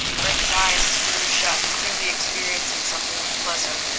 frank's eyes screw shut, clearly experiencing something unpleasant.